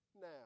now